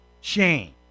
Shame